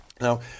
Now